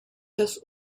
has